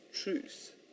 truth